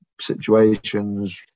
situations